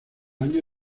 año